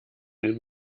den